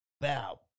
Bow